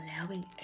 allowing